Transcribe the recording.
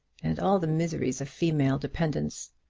and all the miseries of female dependence.